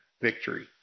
victory